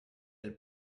del